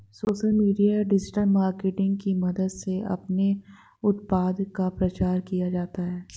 social media या digital marketing की मदद से अपने उत्पाद का प्रचार किया जाता है